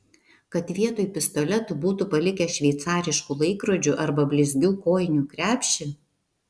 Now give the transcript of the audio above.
kad vietoj pistoletų būtų palikę šveicariškų laikrodžių arba blizgių kojinių krepšį